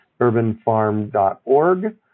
urbanfarm.org